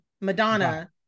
Madonna